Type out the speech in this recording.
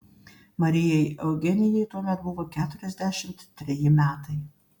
marijai eugenijai tuomet buvo keturiasdešimt treji metai